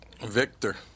Victor